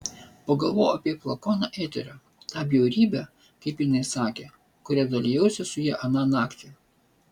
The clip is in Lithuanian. pagalvojau apie flakoną eterio tą bjaurybę kaip jinai sakė kuria dalijausi su ja aną naktį